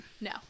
No